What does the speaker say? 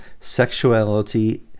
sexuality